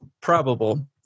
probable